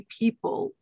people